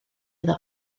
iddo